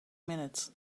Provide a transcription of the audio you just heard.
minutes